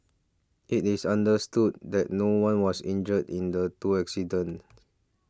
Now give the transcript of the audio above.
it is understood that no one was injured in the two accidents